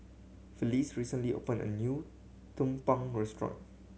Felicie recently opened a new tumpeng restaurant